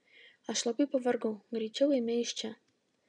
aš labai pavargau greičiau eime iš čia